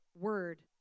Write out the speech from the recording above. word